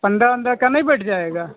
पन्द्रह वन्द्रह का नहीं बैठ जाएगा